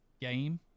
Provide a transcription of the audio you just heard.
game